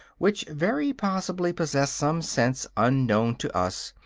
which very possibly possess some sense, unknown to us,